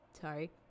sorry